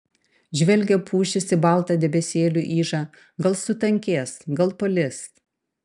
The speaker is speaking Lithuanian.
žvelgia pušys į baltą debesėlių ižą gal sutankės gal palis